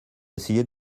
essayez